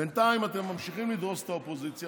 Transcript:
בינתיים אתם ממשיכים לדרוס את האופוזיציה.